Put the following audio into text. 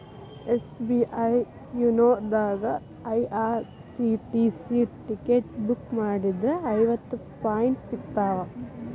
SBI YONO ದಾಗಾ IRCTC ticket book ಮಾಡಿದ್ರ ಐವತ್ತು ಪಾಯಿಂಟ್ ಸಿಗ್ತಾವ